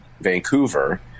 vancouver